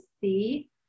see